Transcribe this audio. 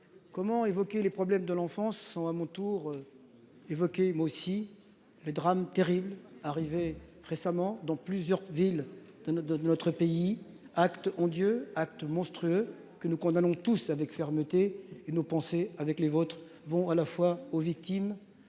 Comment évoquer les problèmes de l'enfance sont à mon tour. Évoquer mais aussi les drames terribles arrivé récemment dans plusieurs villes de notre de notre pays. Acte ont Dieu acte monstrueux que nous condamnons tous avec fermeté et nos pensées avec les vôtres vont à la fois aux victimes,